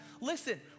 listen